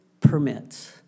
permits